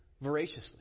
voraciously